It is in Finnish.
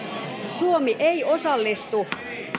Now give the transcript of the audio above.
suomi ei osallistu